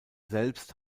selbst